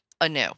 anew